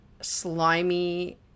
slimy